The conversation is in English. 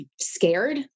scared